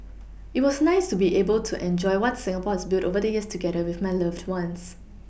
it was nice to be able to enjoy what Singapore has built over the years together with my loved ones